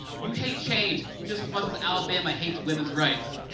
you hate change just as much as alabama hates women's rights.